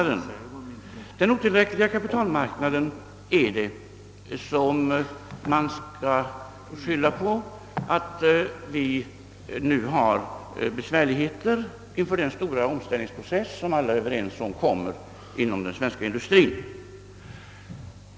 Den otillräckliga kapitalmarknaden är det, som man skall skylla på att vi nu har besvärligheter inom den stora omställningsprocess, som alla är Överens om kommer inom den svenska in dustrien.